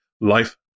Life